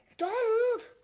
donald!